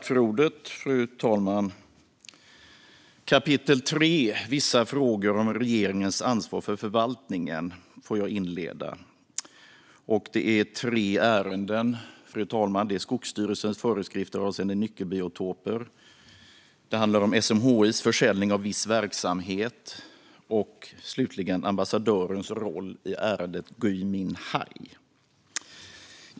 Fru talman! Kapitel 3, Vissa frågor om regeringens ansvar för förvaltningen, får jag inleda. Det är tre ärenden, fru talman: Skogsstyrelsens föreskrifter avseende nyckelbiotoper, SMHI:s försäljning av viss verksamhet och slutligen Ambassadörens roll i ärendet Gui Minhai.